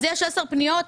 אז יש עשר פניות.